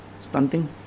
stunting